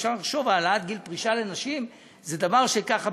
אפשר לחשוב שהעלאת גיל פרישה לנשים זה דבר שככה,